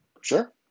Sure